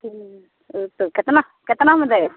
केतना केतना मे देत